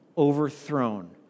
Overthrown